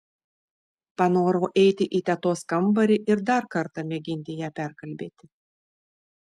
panorau eiti į tetos kambarį ir dar kartą mėginti ją perkalbėti